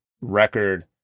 record